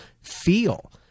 feel